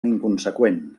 inconseqüent